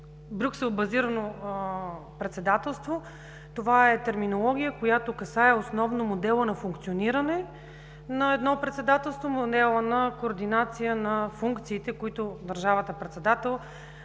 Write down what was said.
„Брюксел базирано председателство“ е терминология, която касае основно модела на функциониране на едно председателство, модела на координация на функциите, които държавата ротационен